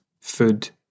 food